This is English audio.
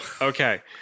Okay